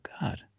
God